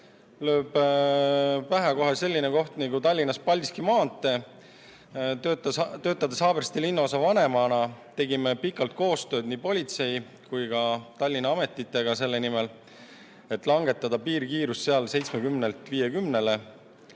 lööb pähe kohe selline koht nagu Tallinnas Paldiski maantee. Kui töötasin Haabersti linnaosa vanemana, tegime pikalt koostööd nii politsei kui ka Tallinna ametitega selle nimel, et langetada piirkiirust seal 70‑lt 50‑le.